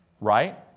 right